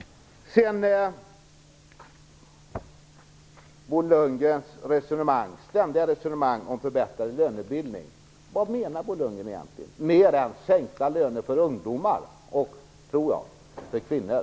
Vad menar Bo Lundgren vidare egentligen med sitt ständiga resonemang om förbättrad lönebildning, mer än sänkta löner för ungdomar och - tror jag - för kvinnor?